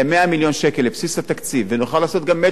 ונוכל לעשות גם "מצ'ינגים" עם אותן עמותות חשובות,